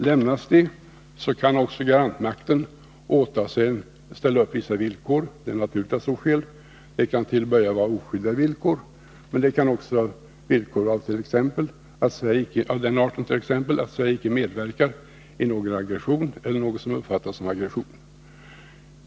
Lämnas de kan också garantmakten ställa upp vissa villkor; det är naturligt att så sker. Det kan till att börja med vara oskyldiga villkor, men det kan också vara villkor av t.ex. den arten att Sverige icke medverkar i någon aggression eller något som uppfattas som aggression.